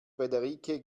frederike